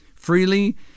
freely